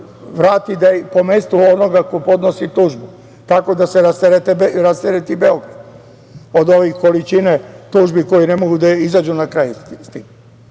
vrati, da po mestu onoga ko podnosi tužbu, tako da se rastereti Beograd od količine ovih tužbi koje ne mogu da izađu na kraj sa tim.